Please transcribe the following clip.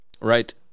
right